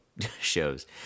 shows